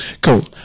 Cool